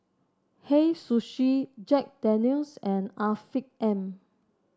Hei Sushi Jack Daniel's and Afiq M